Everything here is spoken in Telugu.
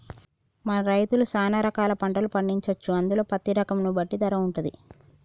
మన రైతులు సాన రకాల పంటలు పండించొచ్చు అందులో పత్తి రకం ను బట్టి ధర వుంటది